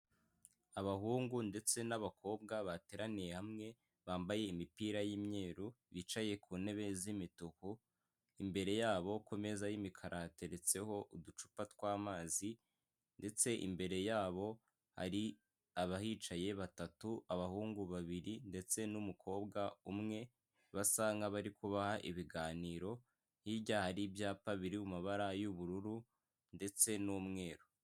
Abahungu ndetse n'abakobwa bateraniye hamwe bambaye imipira y'imweru bicaye ku ntebe z'imituku. Imbere y'abo ku meza y'imikara yateretseho uducupa tw'amazi, ndetse imbere y'abo hari abahicaye batatu abahungu babiri ndetse n'umukobwa umwe, basa nkabari kubaha ibiganiro, hirya hari ibyapa biri mu mabara y'ubururu ndetse n'umweru.